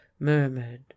murmured